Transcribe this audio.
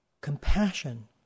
compassion